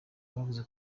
bavuga